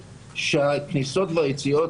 שונים.